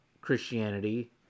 christianity